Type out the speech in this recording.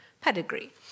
pedigree